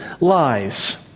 lies